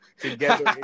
together